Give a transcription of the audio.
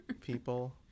people